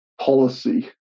policy